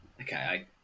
Okay